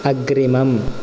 अग्रिमम्